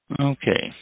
Okay